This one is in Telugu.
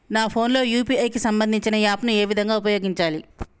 నా ఫోన్ లో యూ.పీ.ఐ కి సంబందించిన యాప్ ను ఏ విధంగా ఉపయోగించాలి?